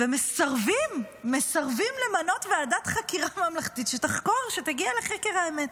ומסרבים למנות ועדת חקירה ממלכתית שתחקור ותגיע לחקר האמת?